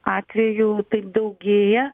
atvejų daugėja